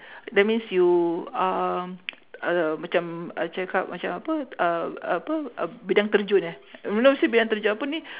that means you um uh macam I cakap macam apa uh apa uh bidan terjun eh mula mesti bidan terjun apa ni